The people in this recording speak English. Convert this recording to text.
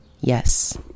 Yes